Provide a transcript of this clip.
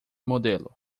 modelo